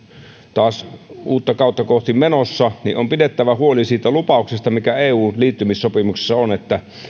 taas uutta kautta kohti menossa niin on pidettävä huoli siitä lupauksesta mikä eu liittymissopimuksessa on että